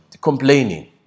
complaining